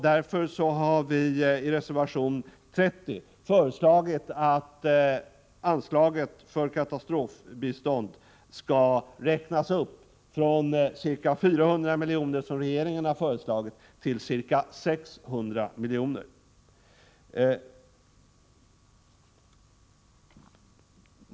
Därför har vi i reservation 30 föreslagit att anslaget för katastrofbistånd skall räknas upp från ca 400 milj.kr., som regeringen har föreslagit, till ca 600 milj.kr.